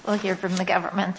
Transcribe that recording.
well here from the government